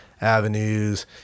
avenues